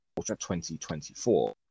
2024